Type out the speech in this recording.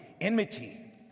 enmity